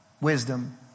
Wisdom